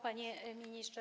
Panie Ministrze!